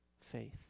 faith